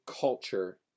culture